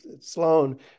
Sloan